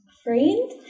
Friend